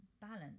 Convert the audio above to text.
balance